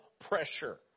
pressure